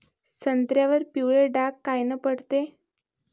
संत्र्यावर पिवळे डाग कायनं पडते?